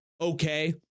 okay